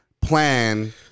plan